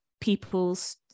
people's